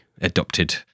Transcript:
adopted